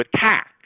attack